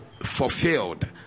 fulfilled